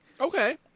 Okay